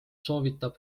soovitab